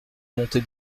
montée